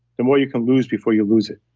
the more you can lose before you lose it.